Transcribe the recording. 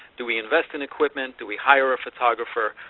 do we invest in equipment? do we hire a photographer,